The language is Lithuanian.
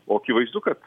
o akivaizdu kad